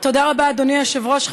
תודה רבה, אדוני היושב-ראש.